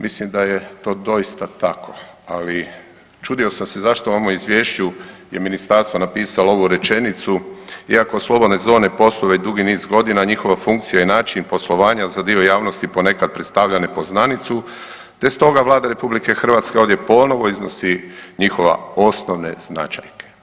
Mislim da je to doista tako, ali čudio sam se zašto u ovome Izvješću je Ministarstvo napisalo ovu rečenicu iako slobodne zone posluju već dugi niz godina, a njihova funkcija i način poslovanja za dio javnosti ponekad predstavlja nepoznanicu te stoga Vlada RH ovdje ponovo iznosi njihova osnovne značajke.